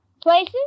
Places